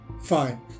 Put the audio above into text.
fine